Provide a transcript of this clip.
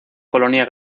colonia